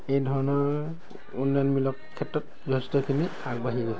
এইধৰণৰ উন্নয়নমূলক ক্ষেত্ৰত যথেষ্টখিনি আগবাঢ়ি গৈছে